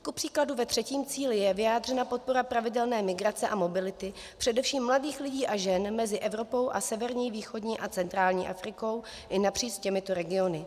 Kupříkladu ve třetím cíli je vyjádřena podpora pravidelné migrace a mobility především mladých lidí a žen mezi Evropou a severní, východní a centrální Afrikou, i napříč těmito regiony.